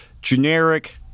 generic